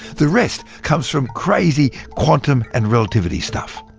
the rest comes from crazy quantum and relativity stuff.